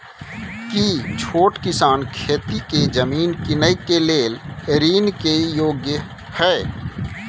की छोट किसान खेती के जमीन कीनय के लेल ऋण के योग्य हय?